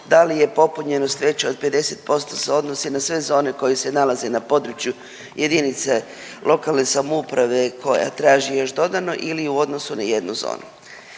da li je popunjenost veća od 50% se odnosi i na sve zone koje se nalaze na području jedinice lokalne samouprave koja traži još dodano ili u odnosu na jednu zonu.